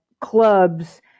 clubs